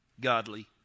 godly